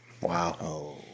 Wow